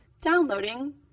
Downloading